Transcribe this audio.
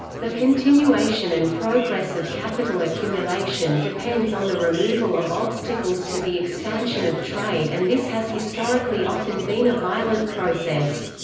the continuation and progress of capital accumulation depends on the removal of obstacles to the expansion of trade and this has historically often been a violent process.